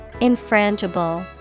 infrangible